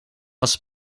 was